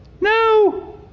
no